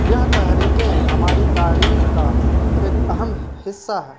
یہ تحریکیں ہماری تاریخ کا ایک اہم حصہ ہے